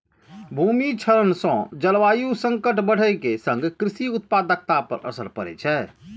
भूमि क्षरण सं जलवायु संकट बढ़ै के संग कृषि उत्पादकता पर असर पड़ै छै